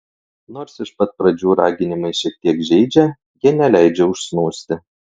nors iš pat pradžių raginimai šiek tiek žeidžia jie neleidžia užsnūsti